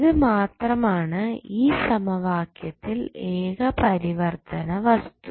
ഇത് മാത്രം ആണ് ഈ സമവാക്യത്തിൽ എക പരിവർത്തനവസ്തു